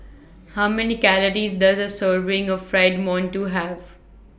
How Many Calories Does A Serving of Fried mantou Have